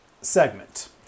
segment